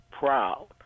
Proud